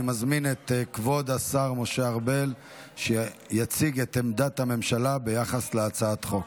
אני מזמין את כבוד השר משה ארבל להציג את עמדת הממשלה ביחס להצעת החוק.